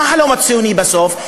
מה החלום הציוני בסוף?